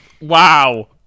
wow